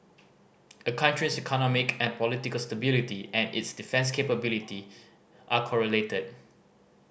a country's economic and political stability and its defence capability are correlated